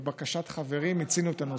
ולבקשת חברי מיצינו את הנושא.